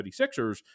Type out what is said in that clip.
76ers